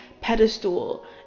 pedestal